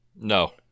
No